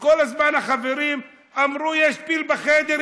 וכל הזמן החברים אמרו: יש פיל בחדר,